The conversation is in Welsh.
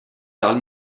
dal